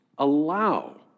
Allow